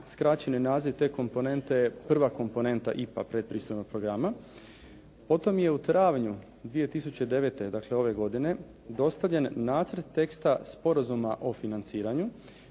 Skraćeni naziv te komponente je prva komponenta IPA predpristupnog programa. Potom je u travnju 2009., dakle ove godine dostavljen Nacrt teksta Sporazuma o financiranju